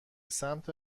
سمت